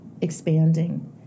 expanding